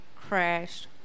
crashed